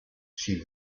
she